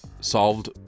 solved